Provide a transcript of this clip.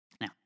Now